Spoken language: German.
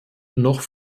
noch